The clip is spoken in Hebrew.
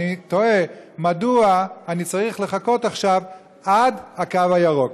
אני תוהה מדוע אני צריך לחכות עכשיו עד הקו הירוק.